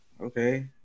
okay